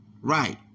Right